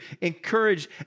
encourage